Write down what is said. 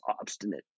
obstinate